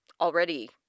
already